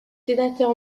sénateur